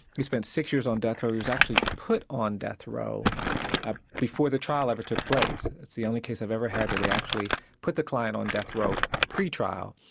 he spent six years on death row, he was actually put on death row ah before the trial ever took place. that's the only case i've ever had where they actually put the client on death row pre-trial.